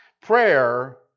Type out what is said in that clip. Prayer